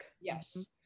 yes